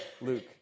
luke